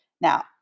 Now